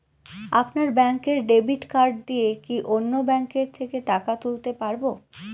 আপনার ব্যাংকের debit card দিয়ে কি অন্য ব্যাংকের থেকে টাকা তুলতে পারবো?